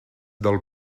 del